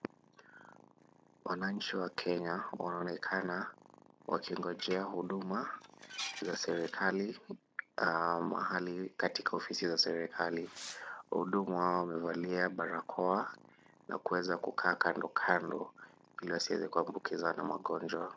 Wananchi wa Kenya wanaonekana wakingojea huduma za serekali katika ofisi za serekali. Wahudumu hao wamevalia barakoa na kuweza kukaa kando kando ili wasiweze kuambukizwa na magonjwa.